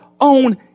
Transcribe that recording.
own